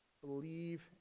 believe